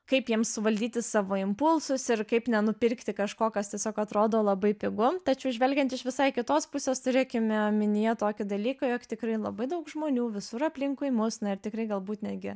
kaip jiems suvaldyti savo impulsus ir kaip nenupirkti kažko kas tiesiog atrodo labai pigu tačiau žvelgiant iš visai kitos pusės turėkime omenyje tokį dalyką jog tikrai labai daug žmonių visur aplinkui mus ir tikrai galbūt netgi